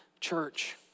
Church